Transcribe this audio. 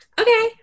Okay